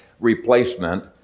replacement